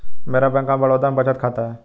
मेरा bank of Baroda में बचत खाता है